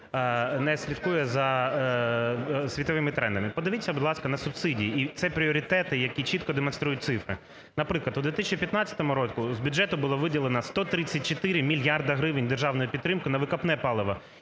не слідкує за світовими трендами. Подивіться, будь ласка, на субсидії. І це – пріоритети, які чітко демонструють цифри. Наприклад, у 2015 році з бюджету було виділено 134 мільярди гривень державної підтримки на викопне паливо,